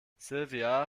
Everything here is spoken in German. silvia